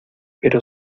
pero